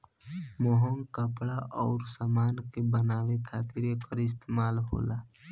महंग कपड़ा अउर समान के बनावे खातिर एकर इस्तमाल होला